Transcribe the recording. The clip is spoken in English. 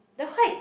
the white